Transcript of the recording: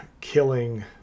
killing